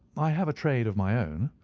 i have a trade of my own.